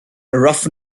rough